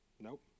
Nope